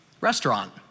restaurant